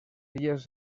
illes